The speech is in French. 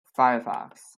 firefox